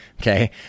okay